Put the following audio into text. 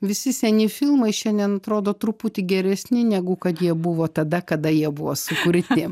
visi seni filmai šiandien atrodo truputį geresni negu kad jie buvo tada kada jie buvo sukurti